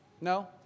No